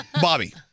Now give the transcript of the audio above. Bobby